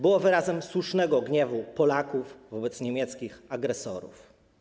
Było wyrazem słusznego gniewu Polaków wobec niemieckich agresorów.